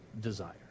desire